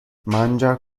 mangia